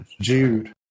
Jude